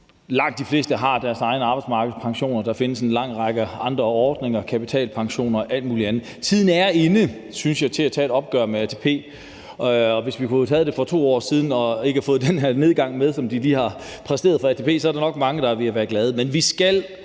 langt de fleste har deres egen arbejdsmarkedspension. Der findes en lang række andre ordninger: kapitalpensioner og alt muligt andet. Tiden er inde, synes jeg, til at tage et opgør med ATP. Hvis vi kunne have taget det for 2 år siden og ikke havde fået den her nedgang med, som ATP lige har præsteret, så var der nok mange, der havde været glade. Men vi skal